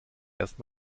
erst